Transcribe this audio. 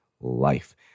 life